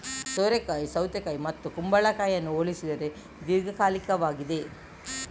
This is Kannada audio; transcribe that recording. ಸೋರೆಕಾಯಿ ಸೌತೆಕಾಯಿ ಮತ್ತು ಕುಂಬಳಕಾಯಿಯನ್ನು ಹೋಲಿದರೂ ದೀರ್ಘಕಾಲಿಕವಾಗಿದೆ